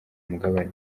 mugabane